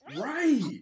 Right